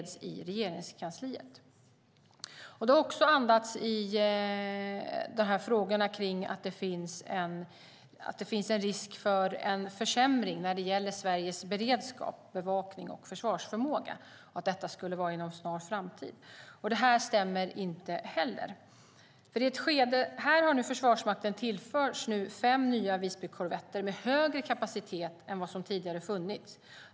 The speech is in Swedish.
Det har också andats att det finns en risk för en försämring av Sveriges beredskap, bevakning och försvarsförmåga inom en snar framtid. Detta stämmer inte heller. Här har nu Försvarsmakten tillförts fem nya Visbykorvetter med högre kapacitet än vad som funnits tidigare.